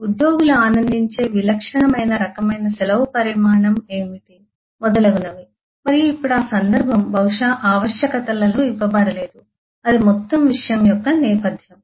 ఉద్యోగులు ఆనందించే విలక్షణమైన రకమైన సెలవు పరిమాణము ఏమిటి మొదలగునవి మరియు ఇప్పుడు ఆ సందర్భం బహుశా ఆవశ్యకతలలో ఇవ్వబడలేదు అది మొత్తం విషయం యొక్క నేపథ్యం